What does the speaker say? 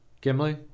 Gimli